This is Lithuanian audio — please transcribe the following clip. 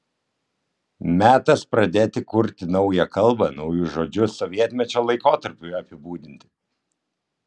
metas pradėti kurti naują kalbą naujus žodžius sovietmečio laikotarpiui apibūdinti